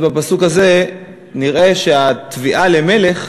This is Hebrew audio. בפסוק הזה נראה שהתביעה למלך